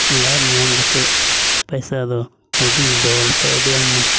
ᱞᱟᱵᱽ ᱧᱟᱢ ᱠᱟᱛᱮᱫ ᱯᱚᱭᱥᱟ ᱫᱚ ᱟᱹᱰᱤᱢ ᱫᱚᱦᱚ ᱞᱮᱠᱷᱟᱱ ᱟᱹᱰᱤ ᱟᱭᱢᱟ